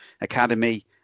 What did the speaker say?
Academy